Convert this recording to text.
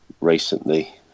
recently